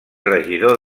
regidor